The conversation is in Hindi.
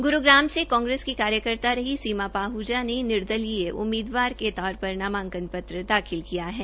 ग्रूग्राम से कांग्रेस की कार्यकर्ता रही सीमा पाहजा ने निर्दलीय उम्मीदवार के तौर पर नामांकन दाखिल किया है